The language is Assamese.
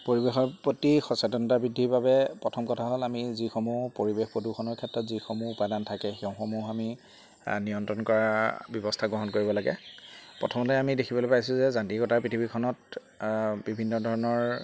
পৰিৱেশৰ প্ৰতি সচেতনতা বৃদ্ধিৰ বাবে প্ৰথম কথা হ'ল আমি যিসমূহ পৰিৱেশ প্ৰদূষণৰ ক্ষেত্ৰত যিসমূহ উপাদান থাকে সেইসমূহ আমি নিয়ন্ত্ৰণ কৰা ব্যৱস্থা গ্ৰহণ কৰিব লাগে প্ৰথমতে আমি দেখিবলৈ পাইছোঁ যে যান্ত্ৰিকতাৰ পৃথিৱীখনত বিভিন্ন ধৰণৰ